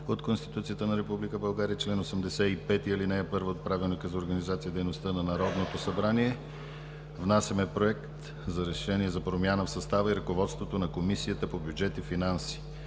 от Конституцията на Република България и чл. 85, ал. 1 от Правилника за организация и дейността на Народното събрание внасяме Проект за решение за промяна в състава и ръководството на Комисията по бюджет и финанси.